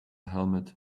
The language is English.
helmet